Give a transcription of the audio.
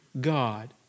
God